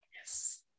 Yes